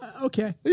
Okay